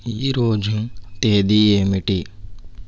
ఈ రోజు తేదీ ఏమిటి